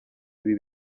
ibi